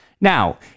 Now